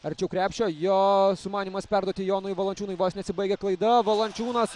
arčiau krepšio jo sumanymas perduoti jonui valančiūnui vos nesibaigia klaida valančiūnas